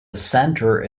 centre